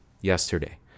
yesterday